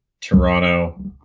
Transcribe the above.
Toronto